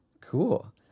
Cool